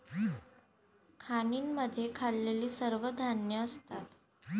खाणींमध्ये खाल्लेली सर्व धान्ये असतात